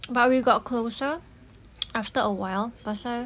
but we got closer after a while cause ah